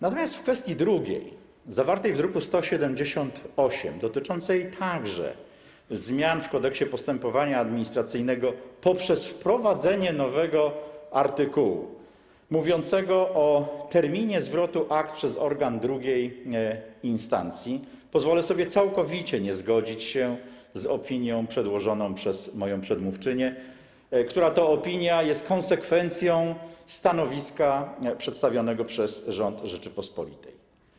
Natomiast w kwestii drugiej, zawartej w druku nr 178, dotyczącej także zmian w Kodeksie postępowania administracyjnego polegających na wprowadzeniu nowego artykułu mówiącego o terminie zwrotu akt przez organ II instancji, pozwolę sobie całkowicie nie zgodzić się z opinią przedłożoną przez moją przedmówczynię, która to opinia jest konsekwencją stanowiska przedstawionego przez rząd Rzeczypospolitej.